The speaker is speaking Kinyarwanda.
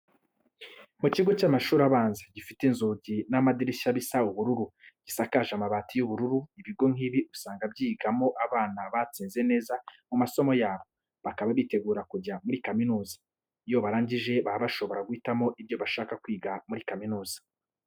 Mu kigo cy'amashuri abanza, gifite inzugi n'amadirishya bisa ubururu, gisakaje amabati y'ubururu. Ibigo nk'ibi usanga byigamo abana batsinze neza mu masomo yabo, bakaba bitegura kujya muri kaminuza. Iyo barangije baba bashobora guhitamo ibyo bashaka kwiga muri kaminuza.